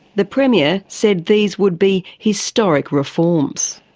the premier said these would be historic reforms.